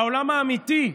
בעולם האמיתי,